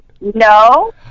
No